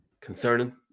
concerning